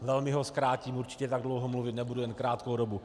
Velmi ho zkrátím, určitě tak dlouho mluvit nebudu, jenom krátkou dobu.